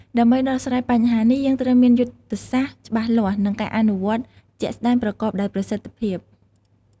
ដើម្បីដោះស្រាយបញ្ហានេះ យើងត្រូវមានយុទ្ធសាស្ត្រច្បាស់លាស់ និងការអនុវត្តជាក់ស្តែងប្រកបដោយប្រសិទ្ធភាព។